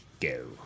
Go